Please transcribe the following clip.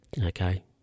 Okay